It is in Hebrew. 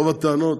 רוב הטענות